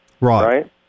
Right